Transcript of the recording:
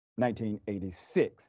1986